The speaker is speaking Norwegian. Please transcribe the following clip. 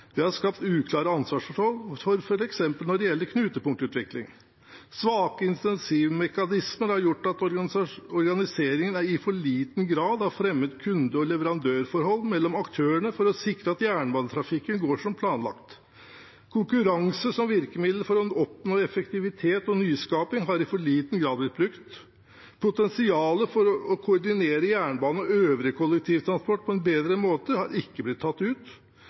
Det har skapt uklare ansvarsforhold, f.eks. når det gjelder knutepunktutvikling. Svake incentivmekanismer har gjort at organiseringen i for liten grad har fremmet kunde- og leverandørforhold mellom aktørene for å sikre at jernbanetrafikken går som planlagt. Konkurranse som virkemiddel for å oppnå effektivitet og nyskapning har i for liten grad blitt brukt. Potensialet for å koordinere jernbane og øvrig kollektivtransport på en bedre måte har ikke blitt tatt ut.